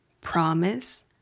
promise